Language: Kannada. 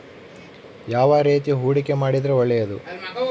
ಯಾವ ರೇತಿ ಹೂಡಿಕೆ ಮಾಡಿದ್ರೆ ಒಳ್ಳೆಯದು?